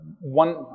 one